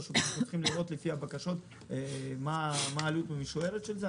פשוט צריכים לראות לפי הבקשות מה העלות המשוערת של זה.